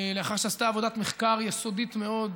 לאחר שעשתה עבודת מחקר יסודית מאוד,